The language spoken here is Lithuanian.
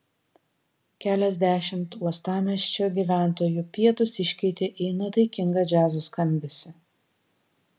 keliasdešimt uostamiesčio gyventojų pietus iškeitė į nuotaikingą džiazo skambesį